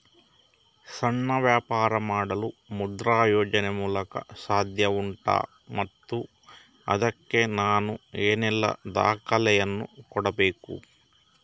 ಸಣ್ಣ ವ್ಯಾಪಾರ ಮಾಡಲು ಮುದ್ರಾ ಯೋಜನೆ ಮೂಲಕ ಸಾಧ್ಯ ಉಂಟಾ ಮತ್ತು ಅದಕ್ಕೆ ನಾನು ಏನೆಲ್ಲ ದಾಖಲೆ ಯನ್ನು ಕೊಡಬೇಕು?